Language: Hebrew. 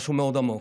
משהו מאוד עמוק: